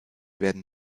werden